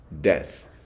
Death